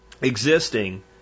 existing